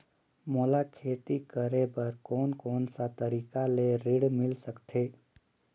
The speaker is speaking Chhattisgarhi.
मोला खेती करे बर कोन कोन सा तरीका ले ऋण मिल सकथे?